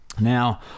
Now